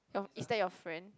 is that your friend